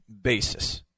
basis